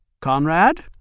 Conrad